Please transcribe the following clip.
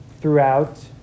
throughout